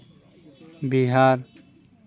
Bihar